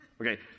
Okay